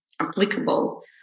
applicable